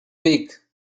weak